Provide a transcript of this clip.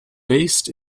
based